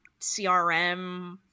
CRM